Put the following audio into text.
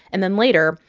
and then later,